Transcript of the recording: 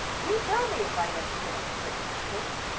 you tell me if i don't sit up straight, wilkins